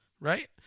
right